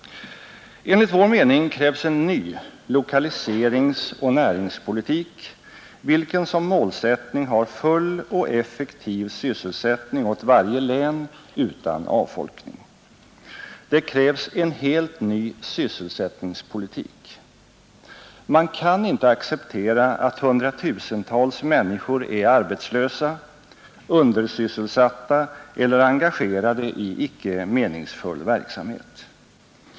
Enligt vår mening krävs en ny lokaliseringsoch näringspolitik, vilken som målsättning har full och effektiv sysselsättning åt varje län och utan avfolkning. Det krävs en helt ny sysselsättningspolitik. Man kan inte acceptera att hundratusentals människor är arbetslösa, undersysselsatta eller engagerade i icke meningsfull verksamhet.